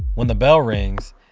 when the bell rings,